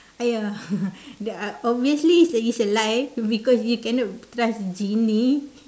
!aiya! that uh obviously it's a it's a lie because you cannot trust genie